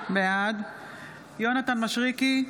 בעד יונתן מישרקי,